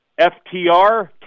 FTR